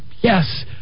Yes